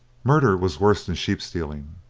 murder was worse than sheep stealing,